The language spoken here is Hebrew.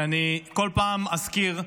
ואני בכל פעם אזכיר,